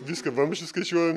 viską vamzdžius skaičiuojam